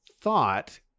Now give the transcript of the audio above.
thought